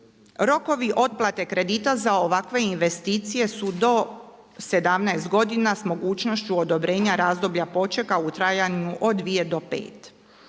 Rokovi otplate kredita za ovakve investicije su do 17 godina s mogućnošću odobrenja razdoblja počeka u trajanju od 2 do 5.